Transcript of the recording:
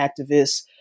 activists